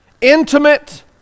intimate